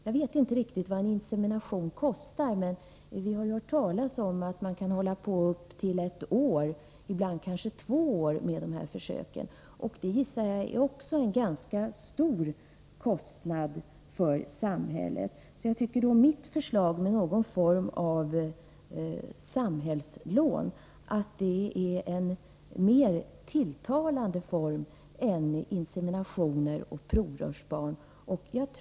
Jag vet inte riktigt vad en insemination kostar, men vi har hört talas om att man kan hålla på upp till ett, ibland kanske två, år med dessa försök. Jag gissar att det också medför en ganska stor kostnad för samhället. Jag tycker således att mitt förslag, med någon form av samhällslån för adoption, är en mer tilltalande form än inseminationer och provrörsbarn.